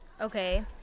Okay